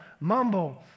mumble